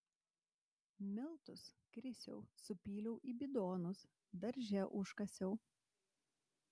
miltus krisiau supyliau į bidonus darže užkasiau